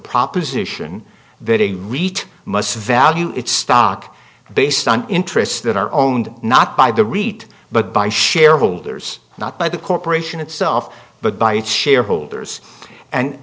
proposition that a return must value it's stock based on interests that are owned not by the read but by shareholders not by the corporation itself but by its shareholders and